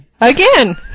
Again